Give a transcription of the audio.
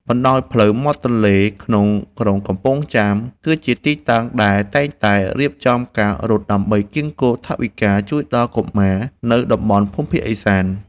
បណ្ដោយផ្លូវមាត់ទន្លេក្នុងក្រុងកំពង់ចាម គឺជាទីតាំងដែលតែងតែរៀបចំការរត់ដើម្បីកៀរគរថវិកាជួយដល់កុមារនៅតំបន់ភូមិភាគឦសាន។